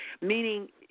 meaning